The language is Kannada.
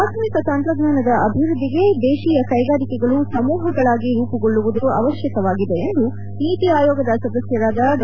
ಆಧುನಿಕ ತಂತ್ರಜ್ಞಾನದ ಅಭಿವ್ಯದ್ಲಿಗೆ ದೇತೀಯ ಕ್ಷೆಗಾರಿಕೆಗಳು ಸಮೂಹಗಳಾಗಿ ರೂಪುಗೊಳ್ಳೂವುದು ಅವಶ್ಯಕವಾಗಿದೆ ಎಂದು ನೀತಿ ಆಯೋಗದ ಸದಸ್ನರಾದ ಡಾ